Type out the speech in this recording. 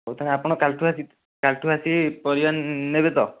ହେଉ ତାହେଲେ ଆପଣ କାଲିଠୁ ଆସି କାଲିଠୁ ଆସି ପରିବା ନେବେ ତ